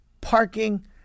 parking